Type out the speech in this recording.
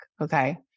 okay